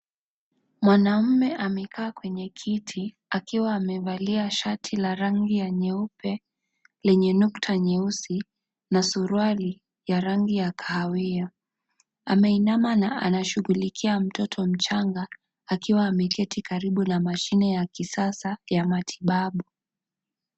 Mwanaume amekaa kwenye kiti akiwa amevalia shati la rangi ya nyeupe lenye nukta nyeusi na suruali ya rangi ya kahawia. Ameinama na anashughulikia mtoto mchanga akiwa ameketi karibu na mashine ya kisasa ya matibabu.